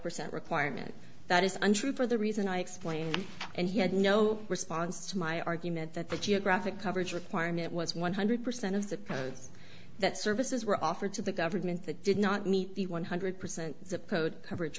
percent requirement that is untrue for the reason i explained and he had no response to my argument that the geographic coverage requirement was one hundred percent of the codes that services were offered to the government that did not meet the one hundred percent opposed coverage